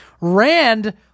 Rand